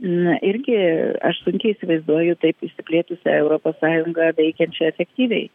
na irgi aš sunkiai įsivaizduoju taip išsiplėtusią europos sąjungą veikiančią efektyviai